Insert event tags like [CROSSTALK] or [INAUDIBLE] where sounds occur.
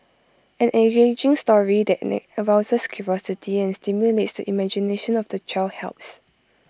an engaging story that [UNINTELLIGIBLE] arouses curiosity and stimulates the imagination of the child helps